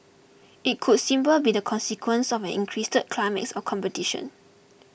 it could simply be the consequence of an increased climate of competition